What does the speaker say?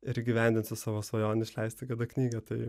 ir įgyvendinsiu savo svajonę išleisti kada knygą tai